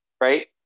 right